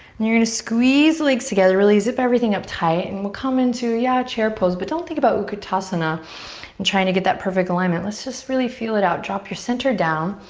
you're gonna squeeze the legs together. really zip everything up tight and we'll come into yeah, a chair pose, but don't think about utkatasana and trying to get that perfect alignment. let's just really feel it out. drop your center down.